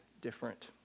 different